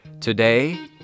today